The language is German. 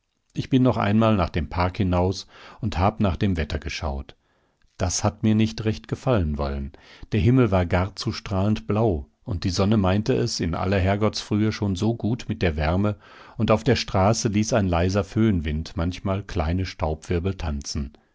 ich bin noch einmal nach dem park hinaus und hab nach dem wetter geschaut das hat mir nicht recht gefallen wollen der himmel war gar zu strahlend blau und die sonne meinte es in aller herrgottsfrühe schon so gut mit der wärme und auf der straße ließ ein leiser föhnwind manchmal kleine